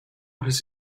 his